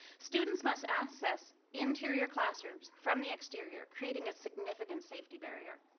students must access interior classrooms from the exterior creating a significant safety barrier.